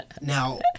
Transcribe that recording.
Now